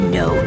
no